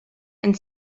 and